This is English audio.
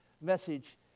message